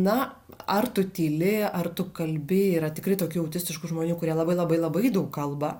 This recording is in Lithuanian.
na ar tu tyli ar tu kalbi yra tikrai tokių autistiškų žmonių kurie labai labai labai daug kalba